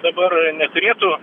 dabar neturėtų